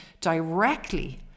directly